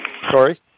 Sorry